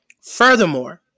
Furthermore